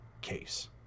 case